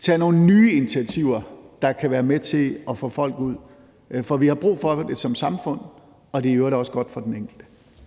tage nogle nye initiativer, der kan være med til at få folk ud på arbejdsmarkedet, for vi har brug for det som samfund, og det er i øvrigt også godt for den enkelte.